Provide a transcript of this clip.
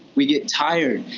we get tired.